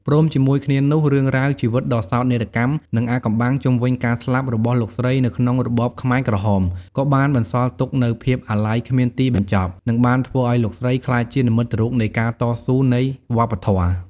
ព្រមជាមួយគ្នានោះ រឿងរ៉ាវជីវិតដ៏សោកនាដកម្ម និង អាថ៌កំបាំងជុំវិញការស្លាប់ របស់លោកស្រីនៅក្នុងរបបខ្មែរក្រហម ក៏បានបន្សល់ទុកនូវភាពអាល័យគ្មានទីបញ្ចប់ និងបានធ្វើឲ្យលោកស្រីក្លាយជានិមិត្តរូបនៃការតស៊ូនៃវប្បធម៌។